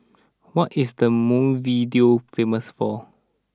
what is the Montevideo famous for